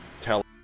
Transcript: Tell